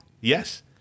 Yes